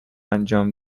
انجام